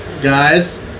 Guys